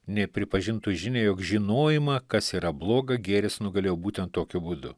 nei pripažintų žinią jog žinojimą kas yra bloga gėris nugalėjo būtent tokiu būdu